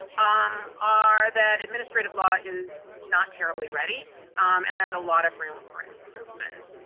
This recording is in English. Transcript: um are that administrative law is not terribly ready and there's a lot of room for improvement.